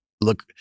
look